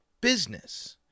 business